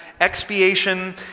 expiation